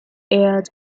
aired